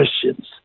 Christians